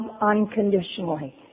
unconditionally